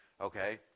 Okay